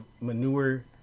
manure